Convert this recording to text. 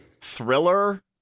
thriller